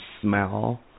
smell